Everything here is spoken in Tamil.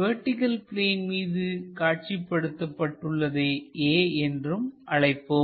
வெர்டிகள் பிளேன் மீது காட்சிப்படுத்தப்பட்டுள்ளதை a என்றும் அழைப்போம்